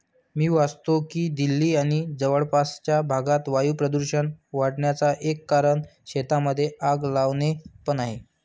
मी वाचतो की दिल्ली आणि जवळपासच्या भागात वायू प्रदूषण वाढन्याचा एक कारण शेतांमध्ये आग लावणे पण आहे